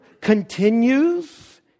continues